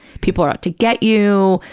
people are out to get you,